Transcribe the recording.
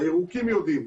הירוקים יודעים.